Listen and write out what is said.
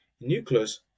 nucleus